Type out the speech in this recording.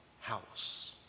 house